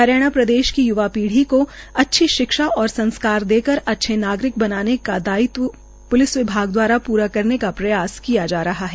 हरियाणा प्रदेश की य्वा पीढ़ी को अच्छी शिक्षा और संस्कार देकर अच्छे नागरिक बनाने का दायित्व के प्लिस विभाग द्वारा पूरा करने का प्रयास किया जा रहा है